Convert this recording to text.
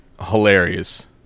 hilarious